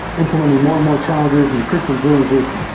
imp lementing more and more challenges and the curr iculum grew and grew from